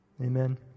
Amen